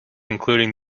including